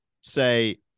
say